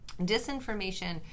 Disinformation